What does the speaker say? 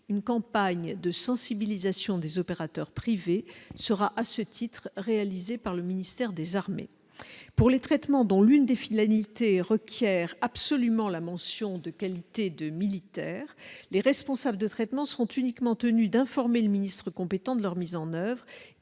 une campagne de sensibilisation des opérateurs privés sera à ce titre, réalisé par le ministère des Armées pour les traitements dont l'une des filles ladite et requiert absolument la mention de qualité de militaire, les responsables de traitement seront uniquement tenu d'informer le ministre compétent de leur mise en oeuvre